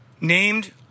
named